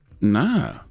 Nah